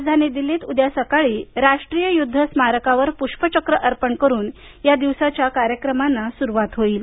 राजधानी दिल्लीत उद्या सकाळी राष्ट्रीय युद्ध स्मारकावर पुष्पचक्र अर्पण करून या दिवसाच्या कार्यक्रमांना सुरुवात होईल